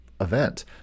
event